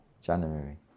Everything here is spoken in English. January